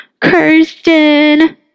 Kirsten